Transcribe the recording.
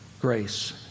grace